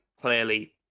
clearly